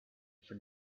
for